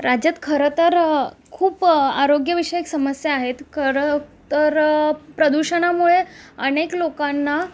राज्यात खरं तर खूप आरोग्यविषयक समस्या आहेत खरं तर प्रदूषणामुळे अनेक लोकांना